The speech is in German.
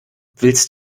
willst